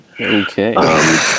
Okay